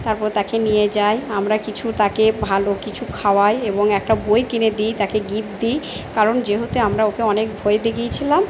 তারপর তাকে নিয়ে যাই আমরা কিছু তাকে ভালো কিছু খাওয়াই এবং একটা বই কিনে দিই তাকে গিফট দিই কারণ যেহতু আমরা ওকে অনেক ভয় দেখিয়েছিলাম